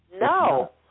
No